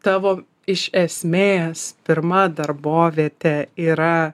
tavo iš esmės pirma darbovietė yra